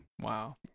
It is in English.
Wow